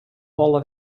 holle